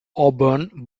auburn